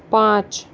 पाँच